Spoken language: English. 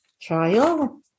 trial